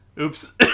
Oops